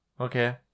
Okay